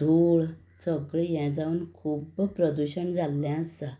धूळ सगळी हें जावन खुब्ब प्रदुशण जाल्लें आसा